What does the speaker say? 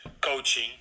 coaching